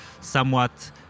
somewhat